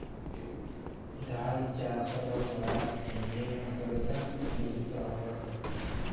ধাল চাষট ক্যরার জ্যনহে আদরতা সংযুক্ত আবহাওয়া চাই